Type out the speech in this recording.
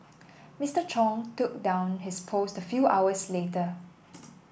Mister Chung took down his post a few hours later